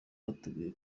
biteguye